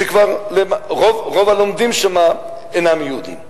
שכבר רוב הלומדים שם אינם יהודים.